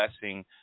blessing